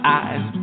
eyes